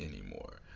anymore